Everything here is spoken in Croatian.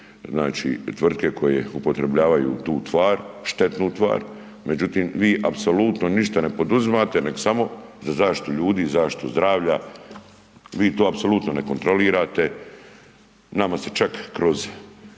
druge tvrtke koje upotrebljavaju tu štetnu tvar? Međutim vi apsolutno ništa ne poduzimate nego samo za zaštitu ljudi i zaštitu zdravlja vi to apsolutno ne kontrolirate. Nama se čak kroz